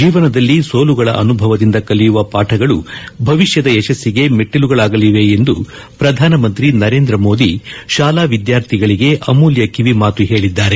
ಜೀವನದಲ್ಲಿ ಸೋಲುಗಳ ಅನುಭವದಿಂದ ಕಲಿಯುವ ಪಾಠಗಳು ಭವಿಷ್ಯದ ಯಶಸ್ಸಿಗೆ ಮೆಟ್ಸಿಲುಗಳಾಗಲಿವೆ ಎಂದು ಪ್ರಧಾನಮಂತ್ರಿ ನರೇಂದ ಮೋದಿ ಶಾಲಾ ವಿದ್ಯಾರ್ಥಿಗಳಿಗೆ ಅಮೂಲ್ಯ ಕಿವಿಮಾತು ಹೇಳಿದ್ದಾರೆ